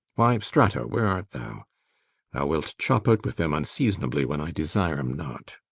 why strato, where art thou? thou wilt chop out with them unseasonably when i desire em not.